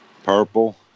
Purple